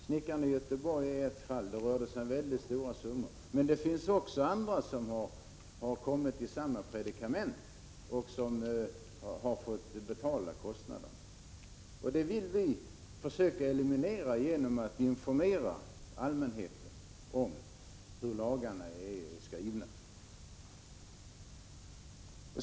Snickaren i Göteborg är ett fall, där det rörde sig om väldiga summor, men det finns också andra som har kommit i samma predikament och fått betala kostnaderna. Detta vill vi försöka eliminera genom att informera allmänheten om hur lagarna skall gälla.